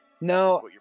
No